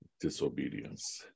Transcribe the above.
disobedience